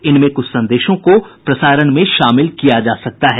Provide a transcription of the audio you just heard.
इनमें कुछ संदेशों को प्रसारण में शामिल किया जा सकता है